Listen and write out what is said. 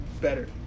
better